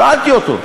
שאלתי אותו,